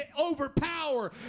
overpower